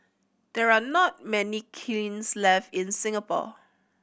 there are not many kilns left in Singapore